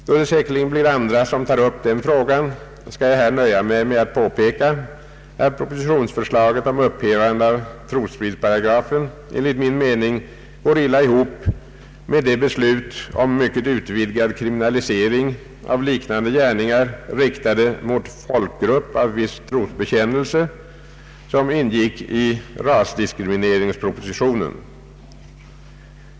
Då det säkerligen blir andra som tar upp denna fråga, skall jag här nöja mig med att påpeka, att propositionsförslaget om upphävande av trosfridsparagrafen enligt min mening går illa ihop med det beslut om en mycket utvidgad kriminalisering av liknande gärningar, riktade mot folkgrupp av viss trosbekännelse, som ingick i rasdiskrimineringspropositionen.